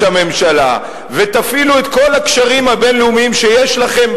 הממשלה ותפעילו את כל הקשרים הבין-לאומיים שיש לכם,